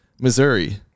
Missouri